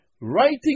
writing